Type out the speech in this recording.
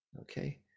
okay